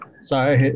Sorry